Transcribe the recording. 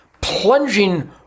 plunging